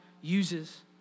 uses